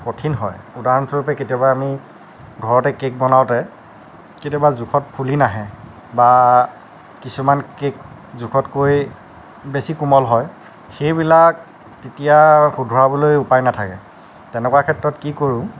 কঠিন হয় উদাহৰণস্বৰূপে কেতিয়াবা আমি ঘৰতে কেক বনাওতে কেতিয়াবা জোখত ফুলি নাহে বা কিছুমান কেক জোখতকৈ বেছি কোমল হয় সেইবিলাক তেতিয়া শুধৰাবলৈ উপায় নেথাকে তেনেকুৱা ক্ষেত্ৰত কি কৰোঁ